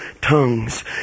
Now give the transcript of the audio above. Tongues